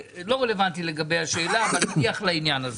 לא רלוונטי לגבי השאלה אבל נניח לעניין הזה.